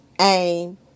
aim